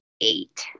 eight